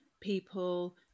people